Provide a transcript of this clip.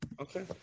Okay